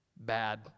Bad